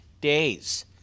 days